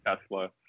Tesla